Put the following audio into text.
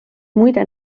muide